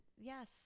yes